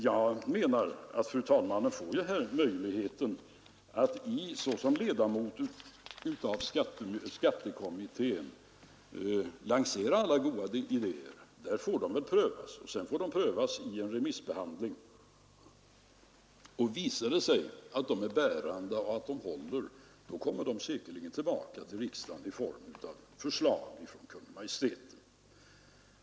Jag anser att fru talmannen har möjlighet att såsom ledamot av skattekommittén lansera alla goda idéer i kommittén. Där får de prövas, och sedan får de prövas i en remissbehandling. Visar det sig att de håller, kommer de säkerligen tillbaka till riksdagen i form av förslag från Kungl. Maj:t.